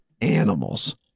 animals